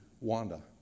Wanda